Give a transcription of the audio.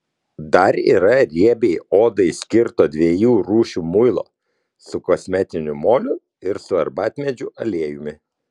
dar yra riebiai odai skirto dviejų rūšių muilo su kosmetiniu moliu ir su arbatmedžių aliejumi